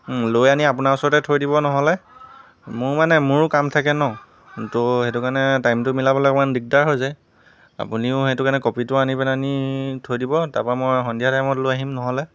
লৈ আনি আপোনাৰ ওচৰতে থৈ দিব নহ'লে মোৰ মানে মোৰো কাম থাকে ন তো সেইটো কাৰণে টাইমতো মিলাবলৈ অকণমান দিগদাৰ হৈ যায় আপুনিয়ো সেইটো কাৰণে ক'পিটো আনি পেলাই নি থৈ দিব তাৰপা মই সন্ধিয়া টাইমত লৈ আহিম নহ'লে